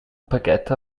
paquet